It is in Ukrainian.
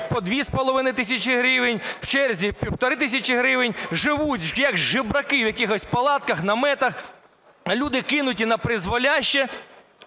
по 2,5 тисячі гривень, в черзі – 1,5 тисячі гривень, живуть, як жебраки, в якихось палатках, наметах. Люди кинуті напризволяще.